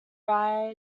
ryan